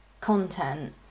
content